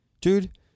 dude